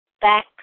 back